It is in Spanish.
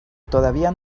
todavía